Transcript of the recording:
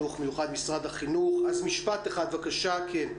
משפט אחד, בבקשה.